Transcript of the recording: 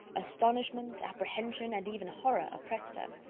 astonishment, apprehension, and even horror, oppressed her.